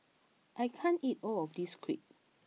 I can't eat all of this Crepe